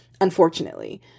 unfortunately